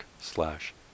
slash